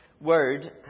word